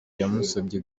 yamusabye